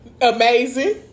Amazing